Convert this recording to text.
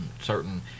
certain